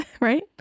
Right